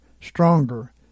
stronger